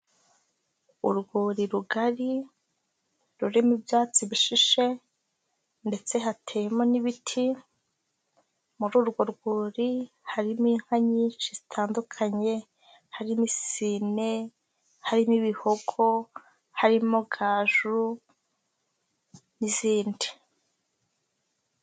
Urwuri rugari rurimo ibyatsi bishishe ndetse hatewemo n'ibiti, muri urwo rwuri harimo inka nyinshi zitandukanye, harimo isine, harimo ibihogo, harimo gaju n'izindi.